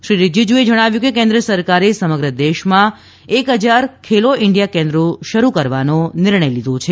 શ્રી રીજીજૂએ જણાવ્યું હતું કે કેન્દ્ર સરકારે સમગ્ર દેશમાં એક હજાર ખેલો ઇન્ડિયા કેન્દ્રો શરૂ કરવાનો નિર્ણય લીધો છે